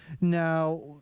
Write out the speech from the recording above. now